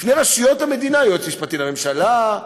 בפני רשויות המדינה: היועץ המשפטי לממשלה,